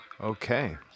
Okay